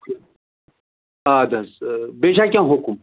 اَدٕ حظ بیٚیہِ چھےٚ کیٚنٛہہ حُکُم